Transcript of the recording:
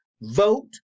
Vote